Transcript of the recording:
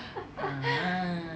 ah